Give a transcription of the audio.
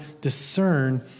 discern